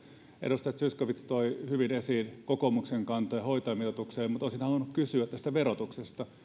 edustaja zyskowicz toi hyvin esiin kokoomuksen kantoja hoitajamitoitukseen mutta olisin halunnut kysyä verotuksesta